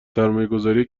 سرمایهگذاری